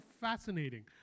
fascinating